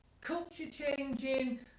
culture-changing